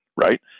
right